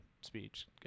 speech